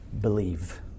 Believe